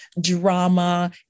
drama